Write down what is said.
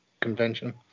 convention